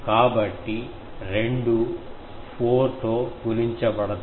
కాబట్టి రెండూ 4 తో గుణించబడతాయి